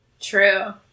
True